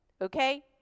okay